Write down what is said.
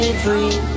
free